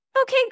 Okay